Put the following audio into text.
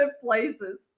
places